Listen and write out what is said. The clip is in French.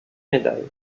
médailles